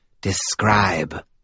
Describe